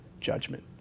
judgment